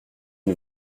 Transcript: une